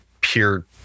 pure